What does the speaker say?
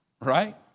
Right